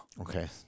Okay